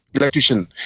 electrician